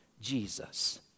Jesus